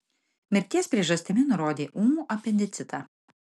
mirties priežastimi nurodė ūmų apendicitą